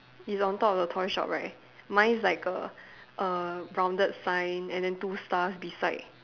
it's on top of the toy shop right mine is like a a rounded sign and then two stars beside